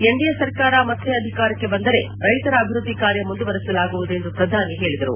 NDA ಸರ್ಕಾರ ಮತ್ತೆ ಅಧಿಕಾರಕ್ಕೆ ಬಂದರೆ ರೈತರ ಅಭಿವೃದ್ದಿ ಕಾರ್ಯ ಮುಂದುವರೆಸಲಾಗುವುದು ಎಂದು ಪ್ರಧಾನಿ ಹೇಳಿದರು